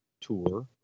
tour